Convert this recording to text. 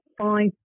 five